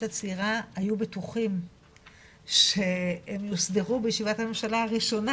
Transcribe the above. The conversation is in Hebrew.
הצעירה היו בטוחים שהם יוסדרו בישיבת הממשלה הראשונה,